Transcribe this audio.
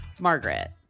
Margaret